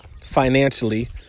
financially